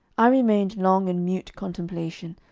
i remained long in mute contemplation,